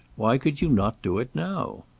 why could you not do it now?